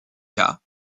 cas